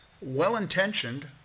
well-intentioned